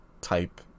type